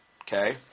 okay